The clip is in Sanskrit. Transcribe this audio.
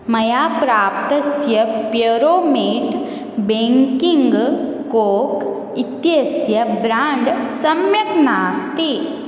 मया प्राप्तस्य प्योरोमेट् बेङ्किङ्ग् कोक् इत्यस्य ब्राण्ड् सम्यक् नास्ति